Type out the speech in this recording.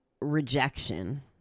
rejection